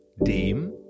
dem